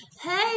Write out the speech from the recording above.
Hey